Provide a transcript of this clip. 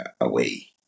away